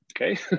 okay